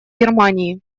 германии